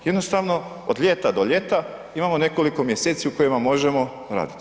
Jednostavno od ljeta do ljeta, imamo nekoliko mjeseci u kojima možemo raditi.